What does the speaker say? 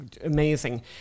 amazing